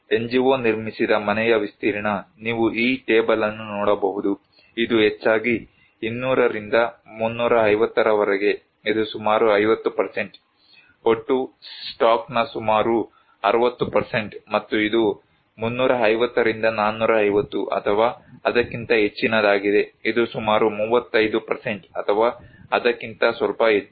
NGO ನಿರ್ಮಿಸಿದ ಮನೆಯ ವಿಸ್ತೀರ್ಣ ನೀವು ಈ ಟೇಬಲ್ ಅನ್ನು ನೋಡಬಹುದು ಇದು ಹೆಚ್ಚಾಗಿ 200 ರಿಂದ 350 ರವರೆಗೆ ಇದು ಸುಮಾರು 50 ಒಟ್ಟು ಸ್ಟಾಕ್ನ ಸುಮಾರು 60 ಮತ್ತು ಇದು 350 ರಿಂದ 450 ಅಥವಾ ಅದಕ್ಕಿಂತ ಹೆಚ್ಚಿನದಾಗಿದೆ ಇದು ಸುಮಾರು 35 ಅಥವಾ ಅದಕ್ಕಿಂತ ಸ್ವಲ್ಪ ಹೆಚ್ಚು